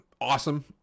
awesome